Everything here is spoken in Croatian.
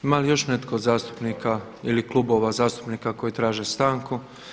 Ima li još netko od zastupnika ili klubova zastupnika koji traže stanku?